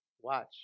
Watch